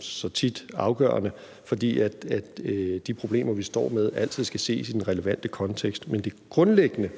så tit afgørende i politik, fordi de problemer, vi står med, altid skal ses i den relevante kontekst. Men det grundlæggende